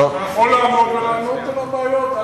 אתה יכול לעמוד ולענות על הבעיות.